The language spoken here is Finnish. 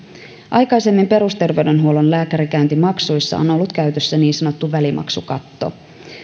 aikaisemmin perusterveydenhuollon lääkärikäyntimaksuissa on ollut käytössä niin sanottu välimaksukatto